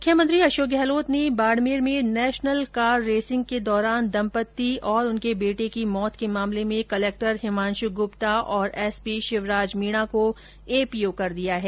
मुख्यमंत्री अशोक गहलोत ने बाडमेर में नेशनल कार रेसिंग के दौरान दम्पत्ति और उनके बेटे की मौत के मामले में कलक्टर हिमांशु गुप्ता और एस पी शिवराज मीणा को एपीओ कर दिया है